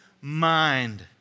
mind